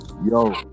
Yo